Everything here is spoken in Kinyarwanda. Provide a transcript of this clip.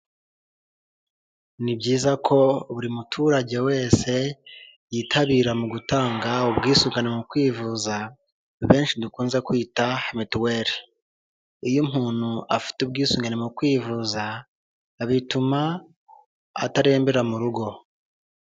Ni byiza ko buri muturage wese yitabira mu gutanga ubwisungane mu kwivuza benshi dukunze kwita mituweli. Iyo umuntu afite ubwisugane mu kwivuza bituma atarembera mu rugo.